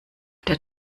der